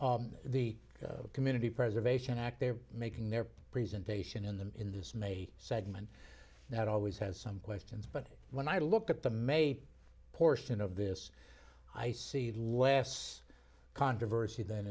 the community preservation act they're making their presentation in the in this may segment that always has some questions but when i look at the made portion of this i see less controversy th